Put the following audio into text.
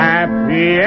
Happy